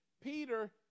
Peter